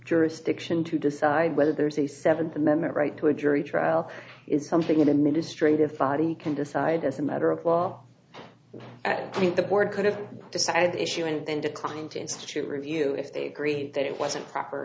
jurisdiction to decide whether there's a seventh amendment right to a jury trial is something that administrative funny can decide as a matter of well being the board could have decided the issue and then declined to institute review if they agreed that it wasn't proper